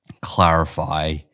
clarify